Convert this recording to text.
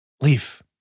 Leaf